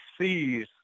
sees